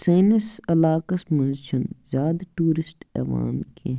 سٲنِس علاقَس منٛز چھِنہٕ زیادٕ ٹوٗرسٹ یِوان کیٚنہہ